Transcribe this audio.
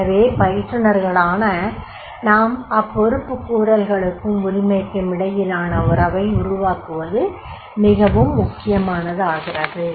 எனவே பயிற்றுனர்களான நாம் அப்பொறுப்புக் கூறல்களுக்கும் உரிமைக்கும் இடையிலான உறவை உருவாக்குவது மிகவும் முக்கியமானதாகிறது